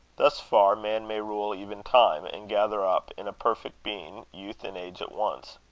thus far man may rule even time, and gather up, in a perfect being, youth and age at once.